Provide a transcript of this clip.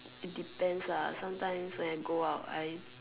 it depends ah sometimes when I go out I